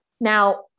Now